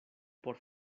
por